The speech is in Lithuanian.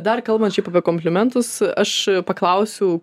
dar kalbant šiaip apie komplimentus aš paklausiau